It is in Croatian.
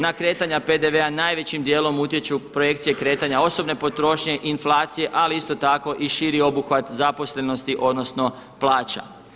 Na kretanja PDV-a najvećim dijelom utječu projekcije kretanja osobne potrošnje, inflacije, ali isto tako i širi obuhvat zaposlenosti odnosno plaća.